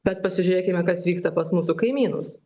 bet pasižiūrėkime kas vyksta pas mūsų kaimynus